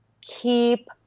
keep